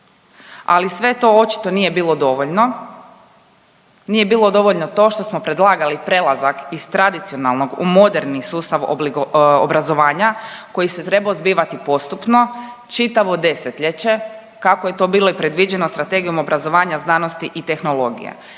ali sve to očito nije bilo dovoljno, nije bilo dovoljno to što smo predlagali prelazak iz tradicionalnog u moderni sustav obrazovanja koji se trebao zbivati postupno čitavo desetljeće kako je to bilo i predviđeno Strategijom obrazovanja, znanosti i tehnologije.